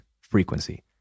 Frequency